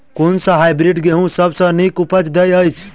कुन सँ हायब्रिडस गेंहूँ सब सँ नीक उपज देय अछि?